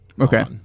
okay